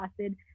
acid